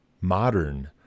modern